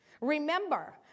remember